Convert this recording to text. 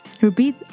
Repeat